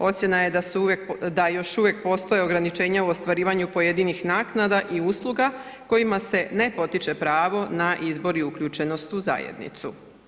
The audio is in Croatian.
Ocjena je da još uvijek postoje ograničenja u ostvarivanju pojedinih naknada i usluga kojima se ne potiče pravo na izbor i uključenost u zajednicu.